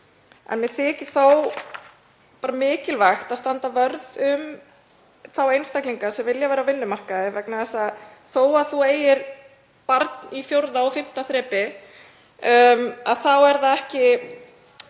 En mér þykir þó mikilvægt að standa vörð um þá einstaklinga sem vilja vera á vinnumarkaði vegna þess að þó að þú eigir barn í 4. og 5. þrepi er það ekki